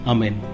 Amen